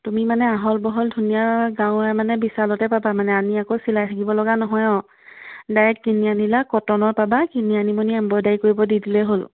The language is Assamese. তুমি মানে আহল বহল ধুনীয়া গাৰু ওৱাৰ মানে বিশালতে পাবা মানে আনি আকৌ চিলাই থাকিব লগা নহয় আৰু ডাইৰেক্ট কিনি আনিলা কটনৰ পাবা কিনি আনিবনি এমব্ৰইডাৰী কৰিব দি দিলেই হ'ল